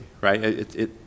right